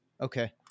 Okay